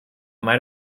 might